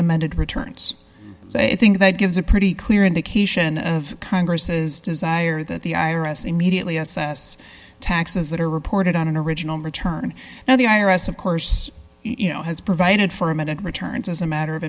amended returns so i think that gives a pretty clear indication of congress's desire that the i r s immediately s s taxes that are reported on an original return now the i r s of course you know has provided for a minute returns as a matter of